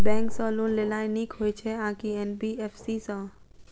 Bank सँ loan लेनाय नीक होइ छै आ की एन.बी.एफ.सी सँ?